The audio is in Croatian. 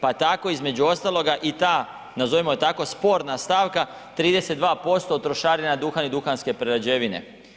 Pa tako i između ostaloga i ta nazovimo je tako sporna stavka, 32% od trošarina na duhan i duhanske prerađevine.